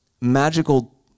magical